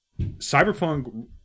Cyberpunk